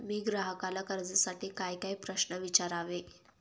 मी ग्राहकाला कर्जासाठी कायकाय प्रश्न विचारावे?